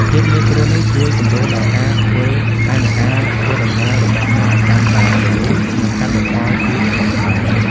ភាពងាយស្រួលនេះជួយសម្រួលដល់ការធ្វើផែនការធ្វើដំណើររបស់អ្នកឱ្យកាន់តែរលូន និងកាត់បន្ថយភាពស្មុគស្មាញ។